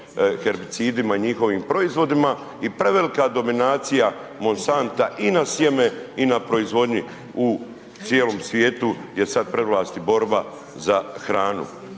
herbicidima i njihovim proizvodima i prevelika dominacija Monsanta i na sjeme i na proizvodnji u cijelom svijetu je sada prevlast i borba za hranu.